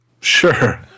Sure